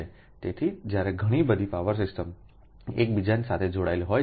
તેથી જ્યારે ઘણી બધી પાવર સિસ્ટમ્સ એકબીજા સાથે જોડાયેલી હોય છે